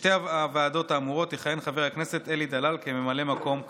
בשתי הוועדות האמורות יכהן חבר הכנסת אלי דלל כממלא מקום קבוע.